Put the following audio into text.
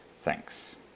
Thanks